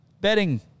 betting